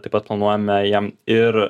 taip pat planuojame jiem ir